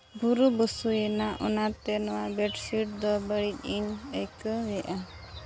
ᱫᱷᱩᱨᱩ ᱫᱷᱩᱥᱩᱭᱮᱱᱟ ᱚᱱᱟᱛᱮ ᱱᱚᱣᱟ ᱵᱮᱰᱥᱤᱴ ᱫᱚ ᱵᱟᱹᱲᱤᱡ ᱤᱧ ᱟᱹᱭᱠᱟᱹᱣᱮᱜᱼᱟ